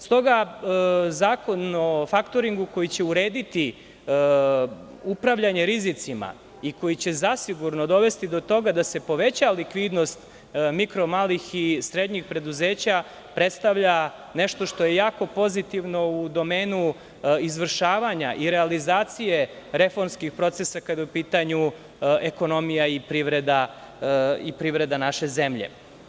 S toga, Zakon o faktoringu koji će urediti upravljanje rizicima i koji će zasigurno dovesti do toga da se poveća likvidnost mikro, malih i srednjih preduzeća predstavlja nešto što je jako pozitivno u domenu izvršavanja i realizacije reformskih procesa kada je u pitanju ekonomija i privreda naše zemlje.